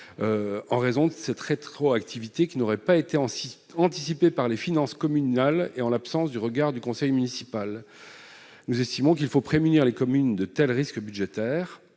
en raison de cette rétroactivité qui n'aurait pas été anticipée par les finances communales et en l'absence du regard du conseil municipal. Il faut prémunir les communes contre de tels risques budgétaires.